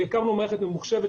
קמה מערכת ממוחשבת,